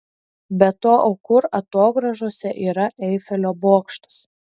be to o kur atogrąžose yra eifelio bokštas